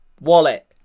wallet